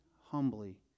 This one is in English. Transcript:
humbly